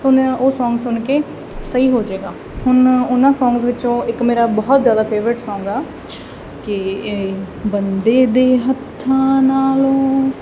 ਅਤੇ ਉਹ ਸੌਂਗ ਸੁਣ ਕੇ ਸਹੀ ਹੋ ਜਾਏਗਾ ਹੁਣ ਉਹਨਾਂ ਸੌਂਗਸ ਵਿੱਚੋਂ ਇੱਕ ਮੇਰਾ ਬਹੁਤ ਜ਼ਿਆਦਾ ਫੇਵਰਿਟ ਸੌਂਗ ਆ ਕਿ ਬੰਦੇ ਦੇ ਹੱਥਾਂ ਨਾਲੋਂ